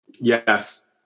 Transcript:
Yes